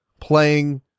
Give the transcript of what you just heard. playing